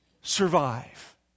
survive